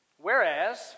Whereas